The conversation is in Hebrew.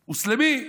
מוסלמי,